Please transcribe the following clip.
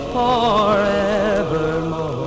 forevermore